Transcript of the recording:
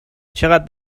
چقد